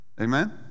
Amen